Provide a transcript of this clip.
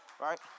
Right